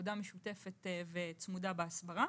עבודה משותפת וצמודה בהסברה